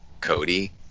Cody